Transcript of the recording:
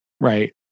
Right